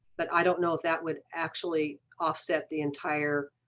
but i don't know if that would actually offset the entire